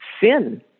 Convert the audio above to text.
Sin